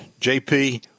JP